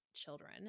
Children